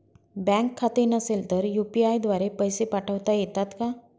बँकेत खाते नसेल तर यू.पी.आय द्वारे पैसे पाठवता येतात का?